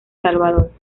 salvador